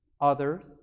Others